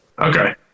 Okay